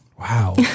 Wow